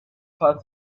far